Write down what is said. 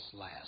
last